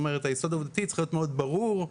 היסוד העובדתי צריך להיות מאוד ברור,